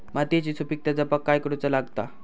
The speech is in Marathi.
मातीयेची सुपीकता जपाक काय करूचा लागता?